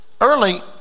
early